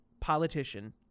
politician